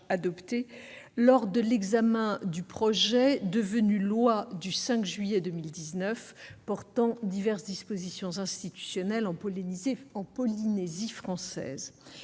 lors de l'examen du texte devenu la loi du 5 juillet 2019 portant diverses dispositions institutionnelles en Polynésie française.